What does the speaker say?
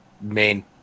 main